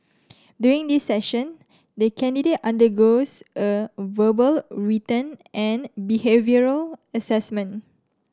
during this session the candidate undergoes a verbal written and behavioural assessment